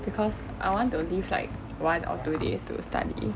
because I want to leave like one or two days to study